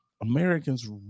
Americans